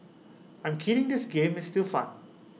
I'm kidding this game is still fun